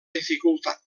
dificultat